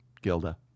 Gilda